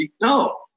No